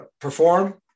perform